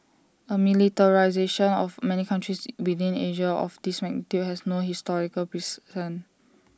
A militarisation of many countries within Asia of this magnitude has no historical precedent